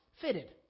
fitted